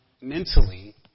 mentally